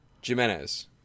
Jimenez